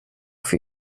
für